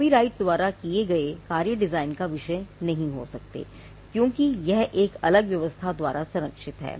copyright किए गए कार्य डिज़ाइन का विषय नहीं हो सकते क्योंकि यह एक अलग व्यवस्था द्वारा संरक्षित है